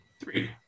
three